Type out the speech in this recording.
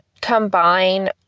combine